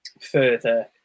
further